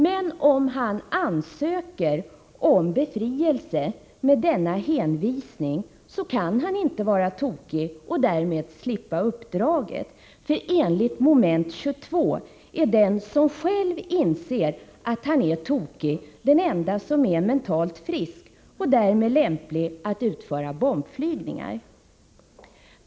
Men om han ansöker om befrielse med denna hänvisning kan han inte vara tokig och därmed slippa uppdraget. Enligt Moment 22 är nämligen den som själv inser att han är tokig den ende som är mentalt frisk och därmed lämplig att utföra bombflygningar.